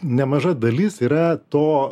nemaža dalis yra to